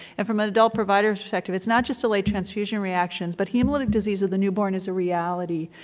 and from an adult provider perspective, it's not just delay transfusion reactions, but hemolytic disease of the newborn is a reality,